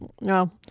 no